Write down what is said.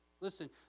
Listen